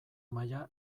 maila